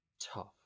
tough